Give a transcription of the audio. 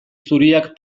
zuriak